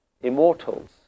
immortals